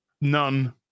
None